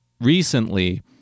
recently